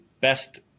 best